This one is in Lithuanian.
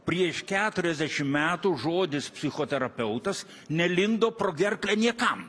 prieš keturiasdešim metų žodis psichoterapeutas nelindo pro gerklę niekam